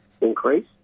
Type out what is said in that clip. increase